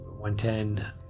110